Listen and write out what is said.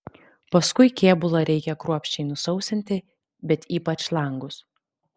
paskui kėbulą reikia kruopščiai nusausinti bet ypač langus